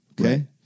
okay